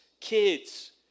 kids